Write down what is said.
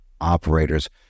operators